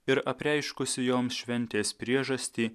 ir apreiškusi joms šventės priežastį